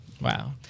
Wow